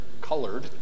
colored